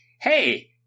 Hey